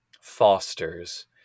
fosters